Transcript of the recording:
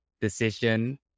decision